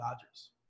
Dodgers